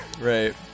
Right